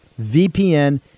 VPN